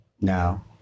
Now